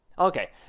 Okay